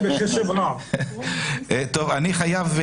חייב,